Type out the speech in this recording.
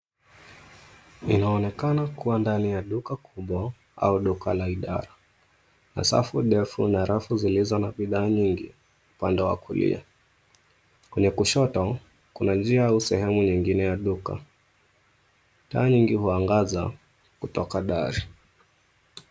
Inaonekana kuwa ndani ya duka kubwa au duka la idara na safu ndefu na rafu zilizo na bidhaa nyingi upande wa kulia. Kwenye kushoto kuna njia au sehemu nyingine ya duka. Taa nyingi huangaza kutoka dari.